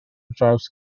draws